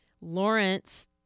Lawrence